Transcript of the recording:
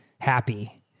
happy